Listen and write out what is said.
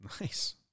Nice